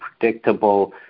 predictable